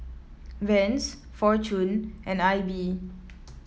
Vans Fortune and I B